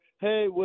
hey